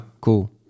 cool